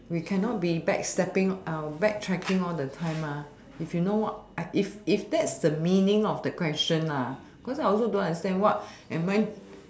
we cannot be back stepping backtracking all the time mah if you know what I if if that's the meaning of the question lah because I also don't understand what am I